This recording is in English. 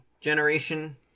generation